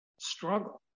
struggle